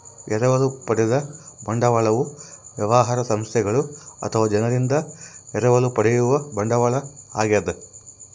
ಎರವಲು ಪಡೆದ ಬಂಡವಾಳವು ವ್ಯವಹಾರ ಸಂಸ್ಥೆಗಳು ಅಥವಾ ಜನರಿಂದ ಎರವಲು ಪಡೆಯುವ ಬಂಡವಾಳ ಆಗ್ಯದ